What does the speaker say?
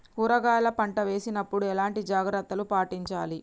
కూరగాయల పంట వేసినప్పుడు ఎలాంటి జాగ్రత్తలు పాటించాలి?